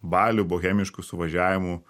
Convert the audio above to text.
balių bohemiškų suvažiavimų